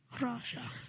Russia